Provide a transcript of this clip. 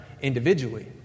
individually